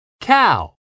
cow